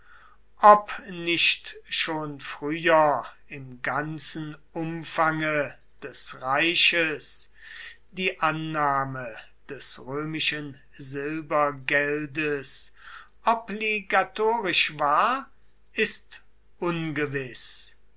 ob nicht schon früher im ganzen umfange des reiches die annahme des römischen silbergeldes obligatorisch war ist ungewiß